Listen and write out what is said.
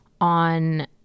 on